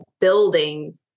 building